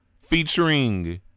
Featuring